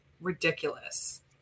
ridiculous